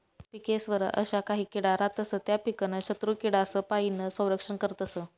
पिकेस्वर अशा काही किडा रातस त्या पीकनं शत्रुकीडासपाईन संरक्षण करतस